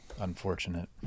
unfortunate